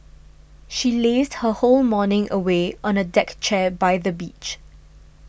she lazed her whole morning away on a deck chair by the beach